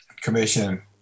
Commission